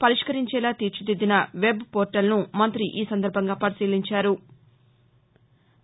పరిష్కరించేలా తీర్చిదిద్దిన వెబ్ పోర్టల్ను మంతి ఈ సందర్భంగా పరిశీలించారు